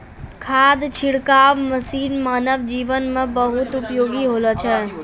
खाद छिड़काव मसीन मानव जीवन म बहुत उपयोगी होलो छै